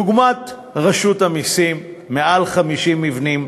דוגמת רשות המסים יותר מ-50 מבנים.